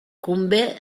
convé